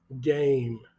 game